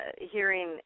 hearing